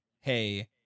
hey